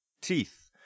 teeth